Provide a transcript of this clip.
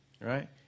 right